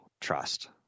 trust